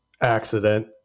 accident